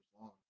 long